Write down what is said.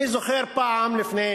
אני זוכר פעם, לפני